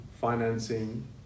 financing